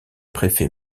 préfet